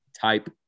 type